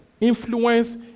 Influence